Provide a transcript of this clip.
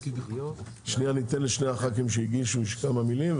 אתן לשני הח"כים שהגישו להגיד כמה מילים,